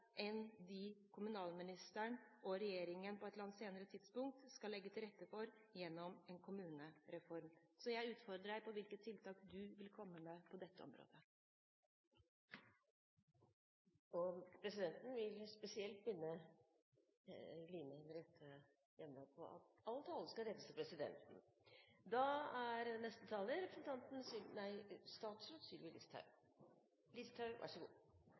enn dem kommunalministeren – og regjeringen, på et eller annet tidspunkt senere – skal legge til rette for senere gjennom en kommunereform. Jeg utfordrer her på hvilke tiltak du vil komme med på dette området. Presidenten vil minne representanten Line Henriette Hjemdal om at all tale skal rettes til presidenten. Jeg er helt enig med representanten